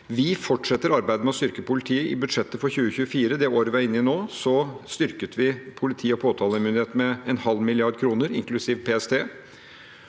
Vi fortsetter arbeidet med å styrke politiet i budsjettet for 2024. I det året vi er inne i nå, styrket vi politiet og påtalemyndigheten med en halv milliard kroner, inklusiv PST.